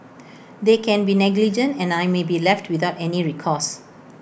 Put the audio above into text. they can be negligent and I may be left without any recourse